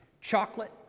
chocolate